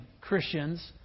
Christians